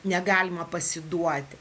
negalima pasiduoti